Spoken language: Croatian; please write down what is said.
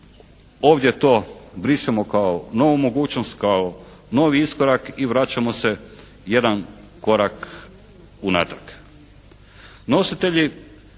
je to, brišemo kao novu mogućnost, kao novi iskorak i vraćamo se jedan korak unatrag.